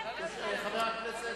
אדוני היושב-ראש,